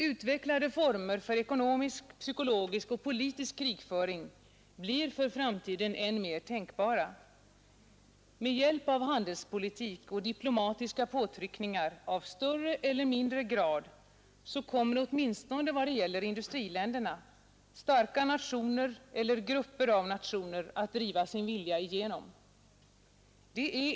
Utvecklade former för ekonomisk, psykologisk och politisk krigföring blir för framtiden än mer tänkbara. Med hjälp av handelspolitik och diplomatiska påtryckningar i större eller mindre grad kommer, åtminstone vad det gäller industriländerna, starka nationer eller grupper av nationer att driva sin vilja igenom.